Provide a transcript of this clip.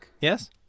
Yes